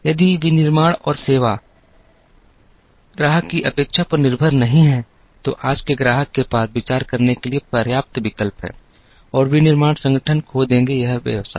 यदि विनिर्माण और सेवा ग्राहक की अपेक्षा पर निर्भर नहीं है तो आज के ग्राहक के पास विचार करने के लिए पर्याप्त विकल्प हैं और विनिर्माण संगठन खो देंगे यह व्यवसाय